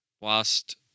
whilst